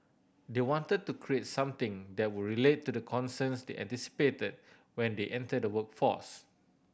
they wanted to create something that would relate to the concerns they anticipated when they enter the workforce